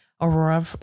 Aurora